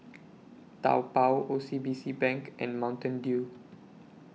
Taobao O C B C Bank and Mountain Dew